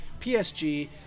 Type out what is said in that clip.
PSG